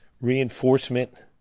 reinforcement